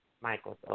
Michael's